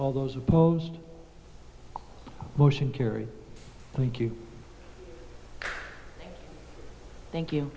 all those opposed motion kerry thank you thank